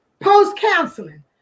post-counseling